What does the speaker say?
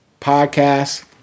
podcasts